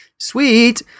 Sweet